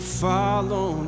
follow